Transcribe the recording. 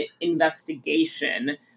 investigation